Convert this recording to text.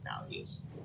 values